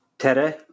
Tere